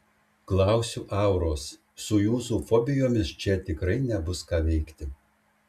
klausiu auros su jūsų fobijomis čia tikrai nebus ką veikti